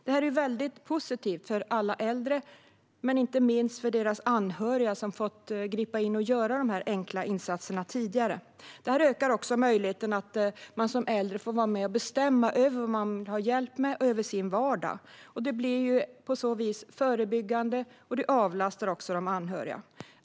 Det är positivt för alla äldre, inte minst för deras anhöriga som tidigare har fått gripa in och göra de enkla insatserna. Det ökar också möjligheten för de äldre att få vara med och bestämma över vad de vill ha hjälp med i vardagen. Hjälpen blir på så vis förebyggande och avlastar de anhöriga.